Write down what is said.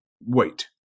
wait